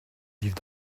vivent